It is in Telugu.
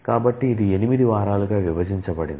కాబట్టి ఇది 8 వారాలుగా విభజించబడింది